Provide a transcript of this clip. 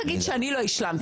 אני רק אגיד שאני לא השלמתי,